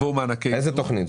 איזו תכנית?